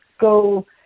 go